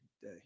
day